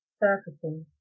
surfacing